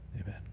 amen